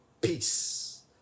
peace